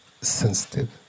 sensitive